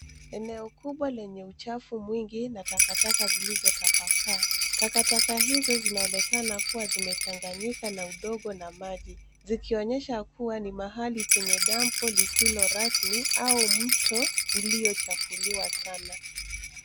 Eneo kubwa lenye uchafu mwingi na takataka zilizotapaka. Takataka hizo zinaonekana kuwa zimechanganyika na udongo na maji zikionyesha kuwa ni mahali penye dampo lisilo rasmi au mto uliochafuliwa sana.